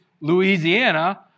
Louisiana